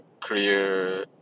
clear